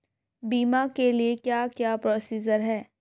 बीमा के लिए क्या क्या प्रोसीजर है?